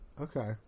Okay